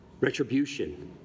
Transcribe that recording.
retribution